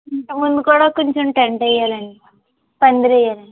ఇంటి ముందు కూడా కొంచెం టెంట్ వెయ్యాలండి పందిరి వెయ్యాలండి